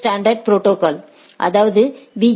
standard protocol அதாவது B